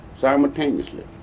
simultaneously